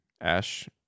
Ash